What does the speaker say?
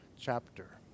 chapter